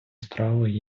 страви